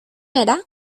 era